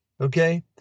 Okay